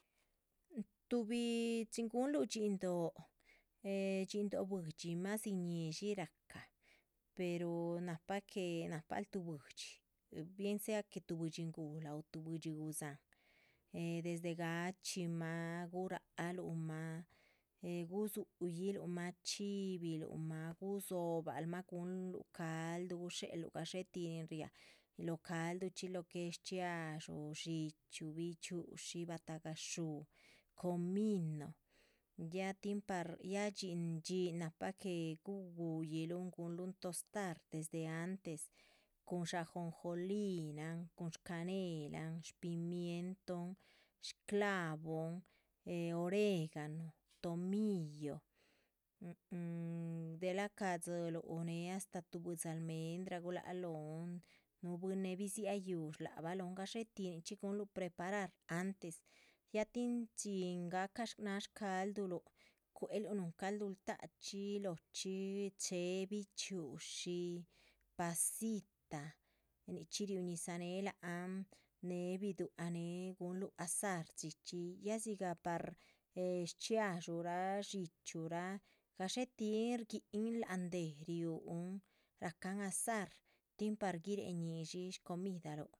Tuhbi gunluh dhxín dóh eh dhxín dóh buidxi, madzi ñíshi rahca pero nahpa que nahpal tuhbi buidxi, bien sea que tuh buidx nguhla o tuh buidxi gusahan eh desde. gachxímah gurahaluh mah eh gudzuyiluhmah chxíbiluhmah, gudzobal mah guhunluh calduh, gushéhel luh gadxé tih nin riáha lóh calduchxi lo que es hchxiadxú, dxíchyu,. bichxi´ushi, batahgah shú, comino ya tin par ya dhxín dhxín nahpa que guguyiluhn guhunlun tostar, desde antes, cun shajonjolinan, cun shcanehelahn, shpimienton, shclavon. e oregano, tomillo delah shcadxiluh, néh astáh tuh buidzi almendra gulahluh lóhon, núhu bwín néhe bidzia yúuh shlabah lóhon gadxé tih nichxí guhunluh preparar,. antes, ya tin chin gahca náh shcalduhluh cueluh núhun calduh ltáha chxí lochxí chéhe bichxi´ushi, pasita, ninchxí riuh ñizah néhe lac han, néhe biduác néhe. gúhunluh azar dxíchxi, ya dzigah par eh shchxiadxúraa, dxíchyuraa, gadxé tihin shguíhin lahan déh riúhn rahcan azar tin para guiréhe ñishi shcomidaluh